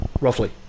Roughly